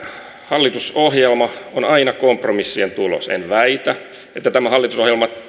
hallitusohjelma on aina kompromissien tulos en väitä että tämä hallitusohjelma